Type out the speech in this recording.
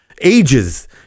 ages